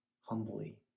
humbly